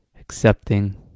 accepting